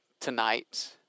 tonight